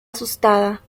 asustada